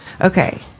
okay